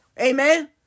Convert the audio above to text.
Amen